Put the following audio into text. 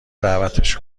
دعوتش